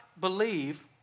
believe